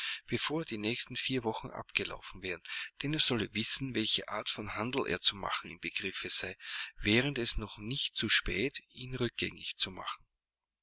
bevor die nächsten vier wochen abgelaufen wären denn er solle wissen welche art von handel er zu machen im begriffe sei während es noch nicht zu spät ihn rückgängig zu machen